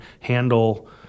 handle